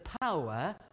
power